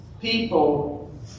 people